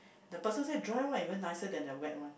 the person say dry one even nicer than the wet one